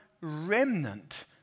remnant